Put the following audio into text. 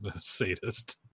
sadist